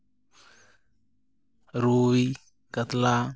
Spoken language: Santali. ᱨᱩᱭ ᱠᱟᱛᱞᱟ